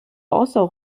also